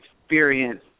experience